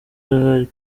safari